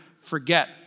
forget